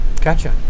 Gotcha